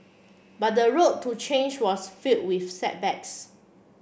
but the road to change was fill with setbacks